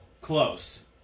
close